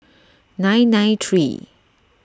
nine nine three